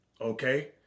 okay